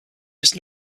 just